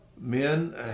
Men